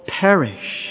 Perish